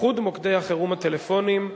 איחוד מוקדי החירום הטלפוניים,